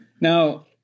Now